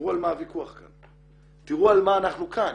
תראו על מה הויכוח כאן, תראו על מה אנחנו כאן,